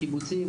קיבוצים,